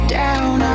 down